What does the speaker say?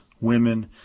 women